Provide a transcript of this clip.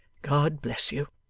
god bless you